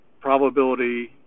probability